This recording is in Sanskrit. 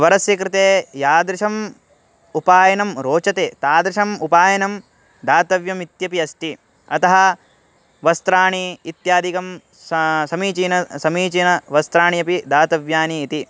वरस्य कृते यादृशम् उपायनं रोचते तादृशम् उपायनं दातव्यम् इत्यपि अस्ति अतः वस्त्राणि इत्यादिकं सः समीचीनानि समीचीनानि वस्त्राणि अपि दातव्यानि इति